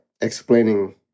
explaining